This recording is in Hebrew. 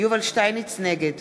נגד